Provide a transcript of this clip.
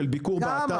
של ביקור באתר --- כמה?